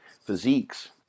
physiques